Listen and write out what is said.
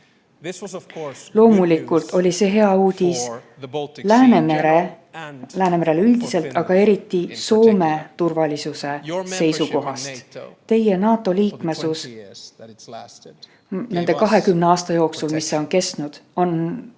Loomulikult oli see hea uudis Läänemerele üldiselt, aga eriti Soomele turvalisuse seisukohast. Teie NATO‑liikmesus nende 20 aasta jooksul, mis see on kestnud, on taganud